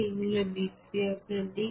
এগুলো বিক্রিয়কের দিক